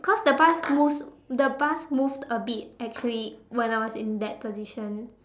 because the bus moves the bus moved a bit actually when I was in that position